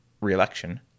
re-election